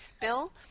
Bill